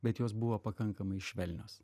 bet jos buvo pakankamai švelnios